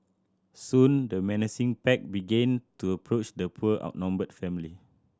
soon the menacing pack began to approach the poor outnumbered family